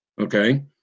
Okay